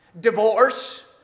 divorce